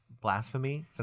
blasphemy